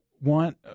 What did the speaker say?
want